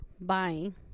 buying